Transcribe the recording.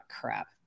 crap